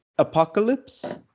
apocalypse